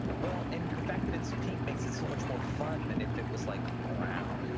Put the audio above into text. well, and the fact that it's pink makes it so much more fun than if it was like, brown.